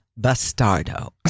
Bastardo